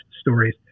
stories